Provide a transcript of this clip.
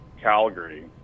Calgary